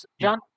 John